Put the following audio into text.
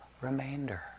remainder